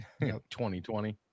2020